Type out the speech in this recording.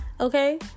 Okay